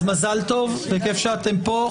אז מזל טוב וכיף שאתם פה.